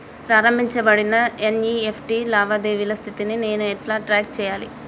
ప్రారంభించబడిన ఎన్.ఇ.ఎఫ్.టి లావాదేవీల స్థితిని నేను ఎలా ట్రాక్ చేయాలి?